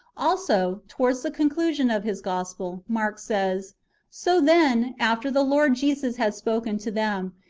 also, towards the conclu sion of his gospel, mark says so then, after the lord jesus had spoken to them.